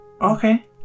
Okay